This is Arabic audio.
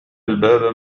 الباب